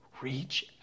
Reach